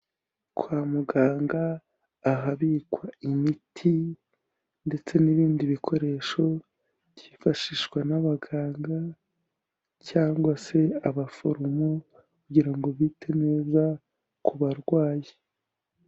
Kwa muganga ahabikwa imiti ndetse n'ibindi bikoresho, byifashishwa n'abaganga cyangwa se abaforomo, kugira ngo bite neza ku barwayi.